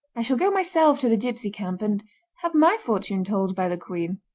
i shall go myself to the gipsy camp, and have my fortune told by the queen